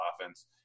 offense